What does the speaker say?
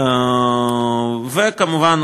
כמובן,